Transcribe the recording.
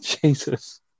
jesus